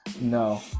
No